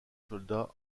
soldats